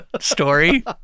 story